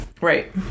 Right